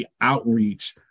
outreach